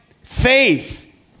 faith